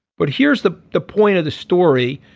but here's the the point of the story.